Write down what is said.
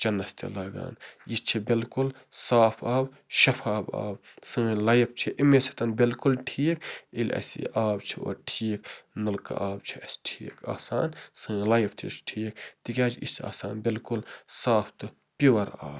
چٮ۪نَس تہِ لَگان یہِ چھِ بِلکُل صاف آب شَفاف آب سٲنۍ لایِف چھِ اَمے سۭتۍ بِلکُل ٹھیٖک ییٚلہِ اَسہِ یہِ آب چھِ اورٕ ٹھیٖک نَلکہٕ آب چھُ اَسہِ ٹھیٖک آسان سٲنۍ لایِف تہِ چھِ ٹھیٖک تِکیٛازِ یہِ چھِ آسان بِلکُل صاف تہٕ پیُور آب